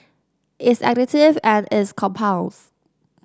it's additive and it's compounds